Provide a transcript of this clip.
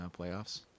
playoffs